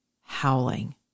howling